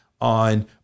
on